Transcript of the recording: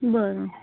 बरं